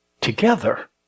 Together